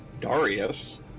Darius